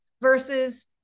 versus